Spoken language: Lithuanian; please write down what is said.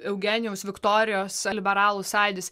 eugenijaus viktorijos liberalų sąjūdis